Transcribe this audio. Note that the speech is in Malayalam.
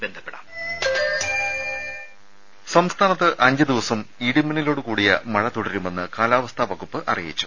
രുര സംസ്ഥാനത്ത് അഞ്ച് ദിവസം ഇടിമിന്നലോട് കൂടിയ മഴ തുടരുമെന്ന് കാലാവസ്ഥാ വകുപ്പ് അറിയിച്ചു